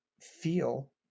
feel